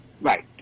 Right